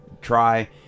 try